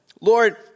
Lord